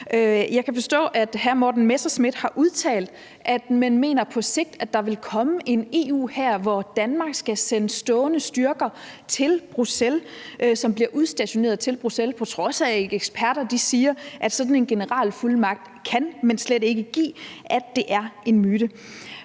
Jeg kan forstå, at hr. Morten Messerschmidt har udtalt, at man mener, at der på sigt vil komme en EU-hær, hvor Danmark skal sende stående styrker til Bruxelles, styrker, som bliver udstationeret til Bruxelles, på trods af at eksperter siger, at sådan en generalfuldmagt slet ikke kan blive givet. Så det er en myte.